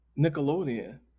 Nickelodeon